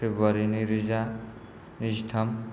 फेब्रुवारि नैरोजा नैजिथाम